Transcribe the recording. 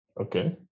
okay